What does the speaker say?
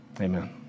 Amen